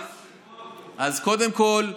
אז קודם כול,